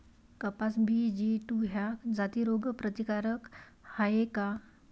कपास BG two ह्या जाती रोग प्रतिकारक हाये का?